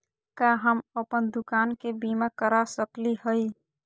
का हम अप्पन दुकान के बीमा करा सकली हई?